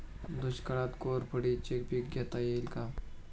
दुष्काळात कोरफडचे पीक घेता येईल का?